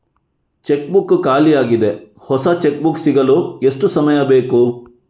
Check book ಖಾಲಿ ಯಾಗಿದೆ, ಹೊಸ ಚೆಕ್ ಬುಕ್ ಸಿಗಲು ಎಷ್ಟು ಸಮಯ ಬೇಕು?